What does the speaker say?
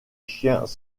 chiens